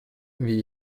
wie